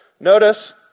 Notice